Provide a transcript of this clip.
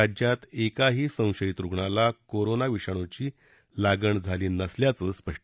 राज्यात एकाही संशयित रुग्णाला कोरोना विषाणूची लागण झाली नसल्याचं स्पष्ट